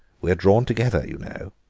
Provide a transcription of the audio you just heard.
we're drawn together, you know.